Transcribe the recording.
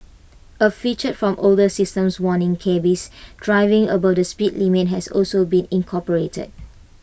A feature from older systems warning cabbies driving above the speed limit has also been incorporated